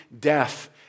death